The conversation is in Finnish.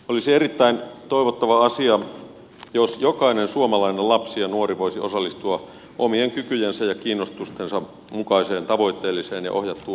olisi erittäin toivottava asia jos jokainen suomalainen lapsi ja nuori voisi osallistua omien kykyjensä ja kiinnostustensa mukaiseen tavoitteelliseen ja ohjattuun harrastustoimintaan